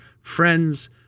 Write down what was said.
friends